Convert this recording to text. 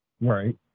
right